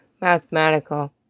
mathematical